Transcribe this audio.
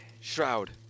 Shroud